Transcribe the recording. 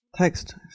Text